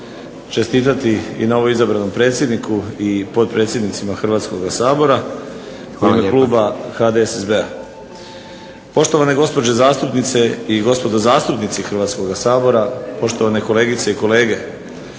čestitati i novoizabranom predsjedniku i potpredsjednicima Hrvatskoga sabora u ime kluba HDSSB-a. Poštovane gospođe zastupnice i gospodo zastupnici Hrvatskoga sabora, poštovane kolegice i kolege